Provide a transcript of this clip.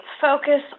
focus